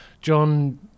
John